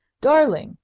darling,